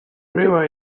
river